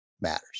matters